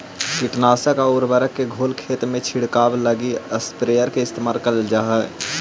कीटनाशक आउ उर्वरक के घोल खेत में छिड़ऽके लगी स्प्रेयर के इस्तेमाल करल जा हई